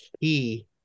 key